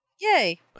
Yay